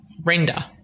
render